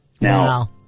Now